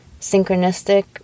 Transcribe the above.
synchronistic